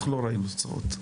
אנחנו לא ראינו תוצאות.